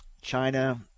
China